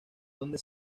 donde